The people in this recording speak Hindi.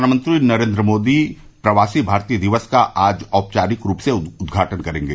प्रधानमंत्री नरेन्द्र मोदी प्रवासी भारतीय दिवस का आज औपचारिक रूप से उद्घाटन करेंगे